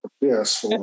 Yes